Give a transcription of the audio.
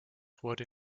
wurde